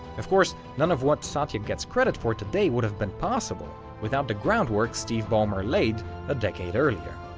of course, none of what satya gets credit for today would've been possible without the groundwork steve ballmer laid a decade earlier.